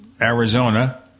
Arizona